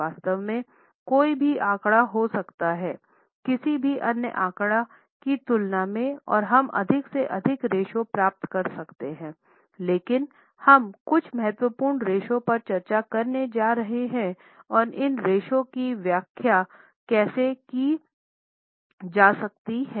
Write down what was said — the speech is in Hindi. वास्तव में कोई भी आंकड़ा हो सकता है किसी भी अन्य आंकड़े की तुलना में और हम अधिक से अधिक रेश्यो प्राप्त कर सकते हैं लेकिन हम कुछ महत्वपूर्ण रेश्यो पर चर्चा करने जा रहे हैं और इन रेश्यो की व्याख्या कैसे की जा सकती है